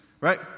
Right